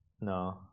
No